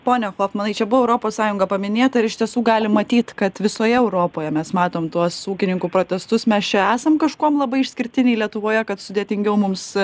pone hofmanai čia buvo europos sąjunga paminėta ir iš tiesų galim matyt kad visoje europoje mes matom tuos ūkininkų protestus mes čia esam kažkuom labai išskirtiniai lietuvoje kad sudėtingiau mums